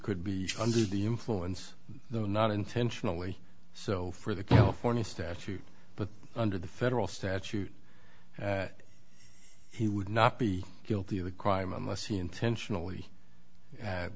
could be under the influence though not intentionally so for the california statute but under the federal statute he would not be guilty of the crime unless he intentionally